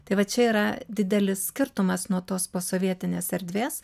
tai va čia yra didelis skirtumas nuo tos posovietinės erdvės